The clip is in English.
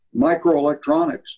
microelectronics